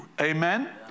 amen